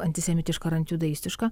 antisemitiška ar antijudaistiška